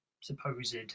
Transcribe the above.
supposed